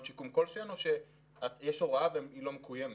שיקום כלשהן או שיש הוראה והיא לא מקוימת?